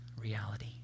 reality